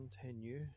continue